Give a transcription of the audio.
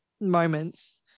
moments